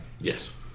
Yes